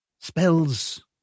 spells